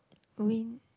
win